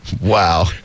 Wow